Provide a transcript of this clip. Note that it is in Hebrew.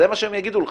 זה מה שהם יגידו לך.